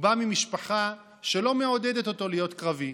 הוא בא ממשפחה שלא מעודדת אותו להיות קרבי,